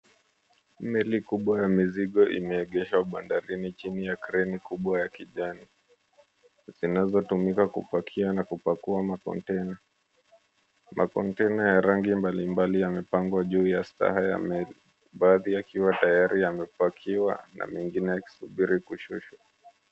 Meli kubwa ya mizigo imeegeshwa bandarini chini ya kreni kubwa ya kijani, zinazotumika kupakia na kupakua makontena. Makontena ya rangi mbalimbali yamepangwa juu ya staha ya meli. Baadhi yakiwa tayari yamepakiwa, na mengine yakisubiri kushushwa.